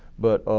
but